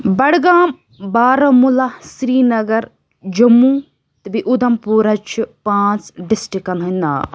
Budgam Baramulla Srinagar Jammu تہٕ بیٚیہِ اُدھمپوٗرہ چھِ پانٛژھ ڈِسٹرکَن ہٕنٛدۍ ناو